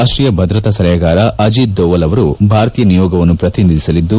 ರಾಷ್ಟೀಯ ಭದ್ರತಾ ಸಲಹೆಗಾರ ಅಜಿತ್ ದೋವಲ್ ಅವರು ಭಾರತೀಯ ನಿಯೋಗವನ್ನು ಪ್ರತಿನಿಧಿಸಲಿದ್ದು